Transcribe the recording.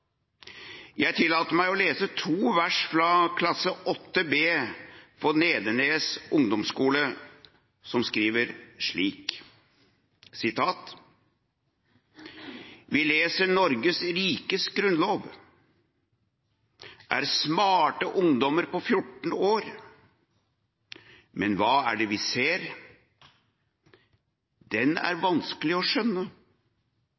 Jeg tillater meg å lese to vers fra klasse 8 B på Nedenes skole: Vi leser Norges Riges Grundlov, er smarte ungdom på fjorten år. Men hva er det vi ser; den er